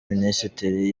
minisitiri